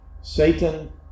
satan